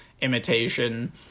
imitation